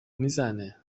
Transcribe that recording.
میزه